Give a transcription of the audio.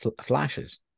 flashes